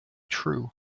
true